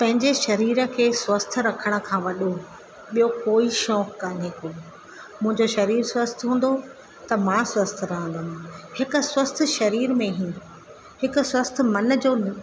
पंहिंजे शरीर खे स्वस्थ रखण खां वॾो ॿियों कोई शौक़ु कोन्हे को मुंहिंजो शरीर स्वस्थ हूंदो त मां स्वस्थ रहंदमि हिकु स्वस्थ शरीर में ई हिकु स्वस्थ मन जो